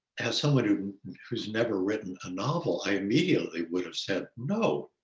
as someone who has never written a novel, i immediately would have said, no,